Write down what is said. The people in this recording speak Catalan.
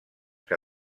que